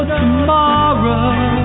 tomorrow